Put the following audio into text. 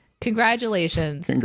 congratulations